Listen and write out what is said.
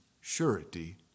surety